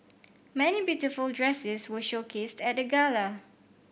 many beautiful dresses were showcased at the gala